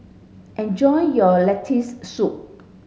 enjoy your Lentil soup